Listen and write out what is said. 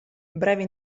brevi